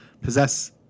possess